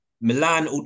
Milan